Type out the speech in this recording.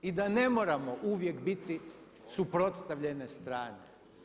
I da ne moramo uvijek biti suprotstavljene strane.